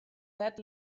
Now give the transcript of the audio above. that